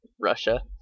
Russia